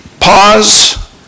pause